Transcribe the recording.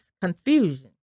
confusion